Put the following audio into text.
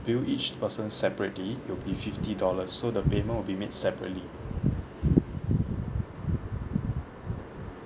bill each person separately it'll be fifty dollar so the payment will be made separately